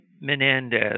Menendez